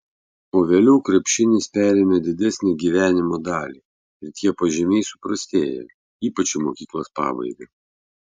o vėliau krepšinis perėmė didesnę gyvenimo dalį ir tie pažymiai suprastėjo ypač į mokyklos pabaigą